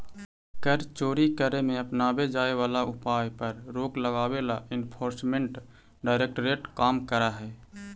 कर चोरी करे में अपनावे जाए वाला उपाय पर रोक लगावे ला एनफोर्समेंट डायरेक्टरेट काम करऽ हई